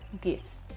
gifts